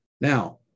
Now